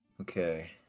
Okay